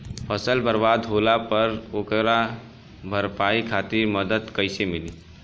फसल बर्बाद होला पर ओकर भरपाई खातिर मदद कइसे मिली?